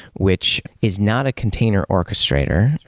which is not a container orchestrator,